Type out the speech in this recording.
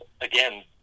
again